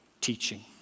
teaching